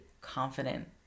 confident